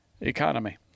Economy